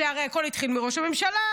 זה הרי הכול התחיל מראש הממשלה,